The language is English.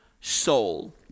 soul